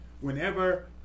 whenever